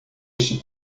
este